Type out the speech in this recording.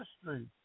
history